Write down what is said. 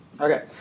Okay